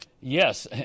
Yes